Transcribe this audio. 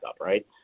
Right